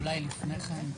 (מ/1612) עוברים לסעיף הבא בסדר-היום: